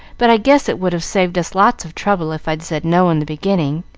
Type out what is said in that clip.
but i guess it would have saved us lots of trouble if i'd said no in the beginning.